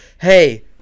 hey